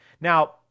Now